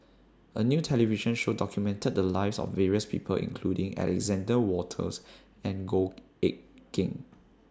A New television Show documented The Lives of various People including Alexander Wolters and Goh Eck Kheng